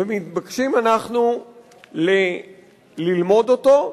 ומתבקשים אנחנו ללמוד אותו,